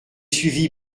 suivi